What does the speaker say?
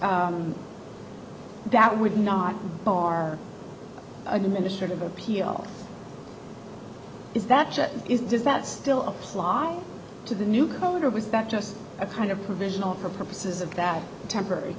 that that would not bar administrative appeal is that is does that still apply to the new code or was that just a kind of provisional for purposes of that temporary